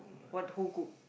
what who cook